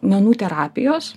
menų terapijos